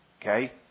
okay